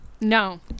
No